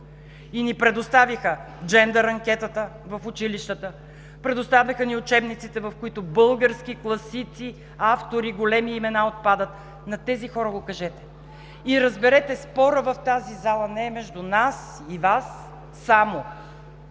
и ни предоставиха джендър анкетата в училищата, предоставиха ни учебниците, в които български класици, автори, големи имена отпадат. На тези хора го кажете! И разберете – спорът в тази зала не е само между нас и Вас. Той